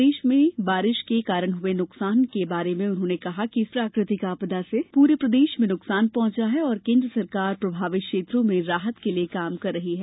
प्रदेश में बारिश के कारण हुए नुकसान के बारे में उन्होंने कहा कि इस प्राकृतिक आपदा से पूरे देश में नुकसान पहुंचा है और केन्द्र सरकार प्रभावित क्षेत्रों में राहत के लिए काम कर रही है